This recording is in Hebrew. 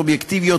סלומינסקי,